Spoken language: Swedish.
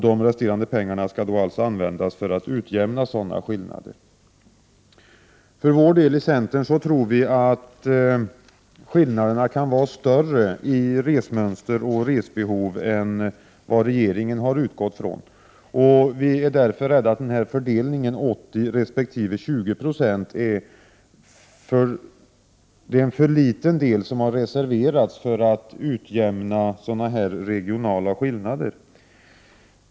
De resterande pengarna skall alltså användas för att utjämna sådana skillnader. Vi i centern tror att skillnaderna kan vara större i resmönster och resbehov än vad regeringen har utgått från. Vi är därför rädda för att 20 96 är en för liten del för att utjämna sådana regionala skillnader.